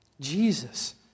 Jesus